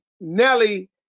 Nelly